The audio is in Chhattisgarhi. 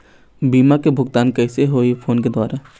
बीमा के भुगतान कइसे होही फ़ोन के द्वारा?